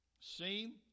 See